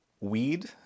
weed